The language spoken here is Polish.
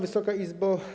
Wysoka Izbo!